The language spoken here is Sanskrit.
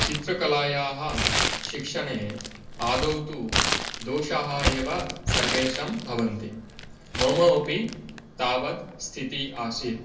चित्रकलायाः शिक्षणे आदौ तु दोषाः एव सर्वेषां भवन्ति मम अपि तावत् स्थिति आसीत्